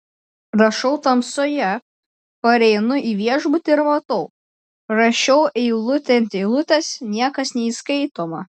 rašau tamsoje pareinu į viešbutį ir matau rašiau eilutė ant eilutės niekas neįskaitoma